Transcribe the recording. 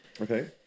Okay